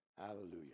Hallelujah